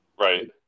Right